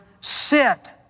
Sit